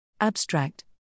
Abstract